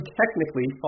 technically